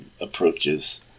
approaches